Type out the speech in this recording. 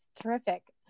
terrific